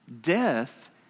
Death